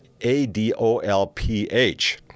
A-D-O-L-P-H